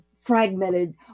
Fragmented